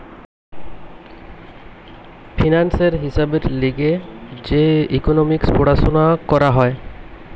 ফিন্যান্সের হিসাবের লিগে যে ইকোনোমিক্স পড়াশুনা করা হয়